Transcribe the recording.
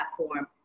platform